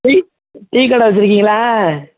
tea டீக்கடை வச்சுருக்கீங்களா